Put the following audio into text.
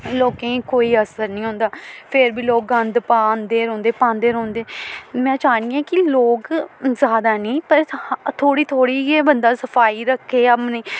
लोकें गी कोई असर निं होंदा फिर बी लोक गंद पांदे रौंह्दे पांदे रौंह्दे में चाह्न्नी आं कि लोक जादा नेईं पर थोह्ड़ी थोह्ड़ी गै बंदा सफाई रक्खे अपनी